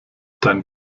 dein